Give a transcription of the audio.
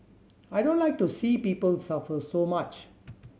I don't like to see people suffer so much